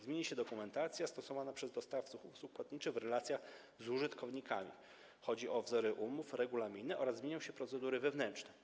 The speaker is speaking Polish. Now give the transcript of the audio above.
Zmieni się dokumentacja stosowana przez dostawców usług płatniczych w relacjach z użytkownikami - chodzi o wzory umów, regulaminy - oraz zmienią się procedury wewnętrzne.